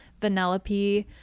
Vanellope